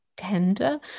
tender